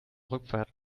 rückfahrt